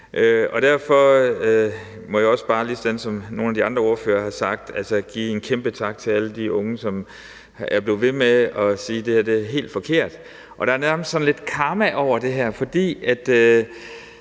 Derfor må jeg også bare, ligesom nogle af de andre ordførere har gjort det, give en kæmpe tak til alle de unge, som er blevet ved med at sige, at det her er helt forkert. Der er nærmest sådan lidt karma over det her, fordi